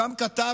שם כתב,